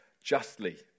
justly